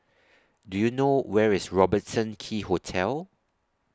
Do YOU know Where IS Robertson Quay Hotel